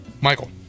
Michael